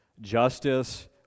Justice